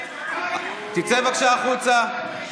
תצא בבקשה החוצה.